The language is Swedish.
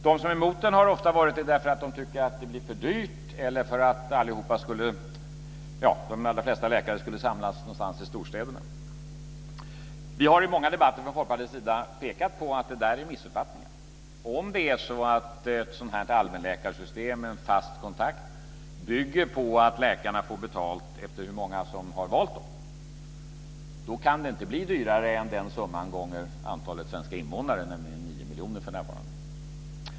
De som är emot den har ofta varit det därför att de tycker att det blir för dyrt eller därför att de allra flesta läkare skulle samlas någonstans i storstäderna. Vi har i många debatter från Folkpartiets sida pekat på att det där är en missuppfattning. Om ett allmänläkarsystem med fast kontakt bygger på att läkarna får betalt efter hur många som har valt dem, då kan det inte bli dyrare än den summan gånger antalet svenska invånare, nämligen 9 miljoner för närvarande.